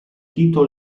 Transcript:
tito